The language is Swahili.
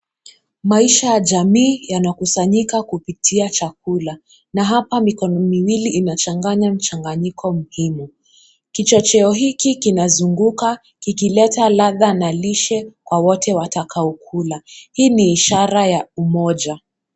Maisha ya jamii yanakusanyika kupitia chakula na hapa mikono miwili inachanganya mchanganyiko muhimu. Kichocheo hiki kinazunguka kikileta ladha na lishe kwa wote watakao kula. Hii ni ishara ya umoja.